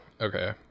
okay